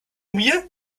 mir